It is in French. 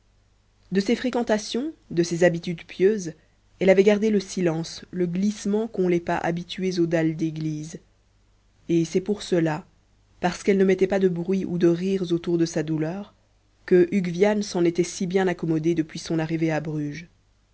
de ces fréquentations de ces habitudes pieuses elle avait gardé le silence le glissement qu'ont les pas habitués aux dalles d'église et c'est pour cela parce qu'elle ne mettait pas de bruit ou de rires autour de sa douleur que hugues viane s'en était si bien accommodé depuis son arrivée à bruges